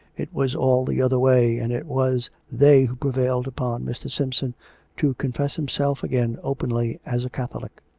it was all the other way, and it was they who pre vailed upon mr. simpson to confess himself again openly as a catholic.